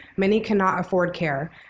many cannot afford care.